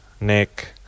nick